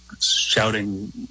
shouting